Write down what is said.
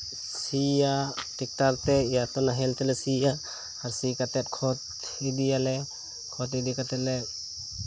ᱥᱤᱭᱟ ᱴᱮᱠᱴᱟᱨ ᱛᱮ ᱤᱭᱟᱛᱚ ᱱᱟᱦᱮᱞ ᱛᱮᱞᱮ ᱥᱤᱭᱟ ᱟᱨ ᱥᱤ ᱠᱟᱛᱮ ᱠᱷᱚᱫᱽ ᱤᱫᱤᱭᱟᱞᱮ ᱠᱷᱚᱫᱽ ᱤᱫᱤ ᱠᱟᱛᱮ ᱞᱮ